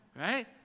Right